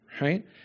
right